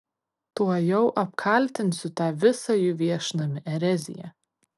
tuojau apkaltinsiu tą visą jų viešnamį erezija